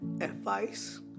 advice